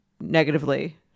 negatively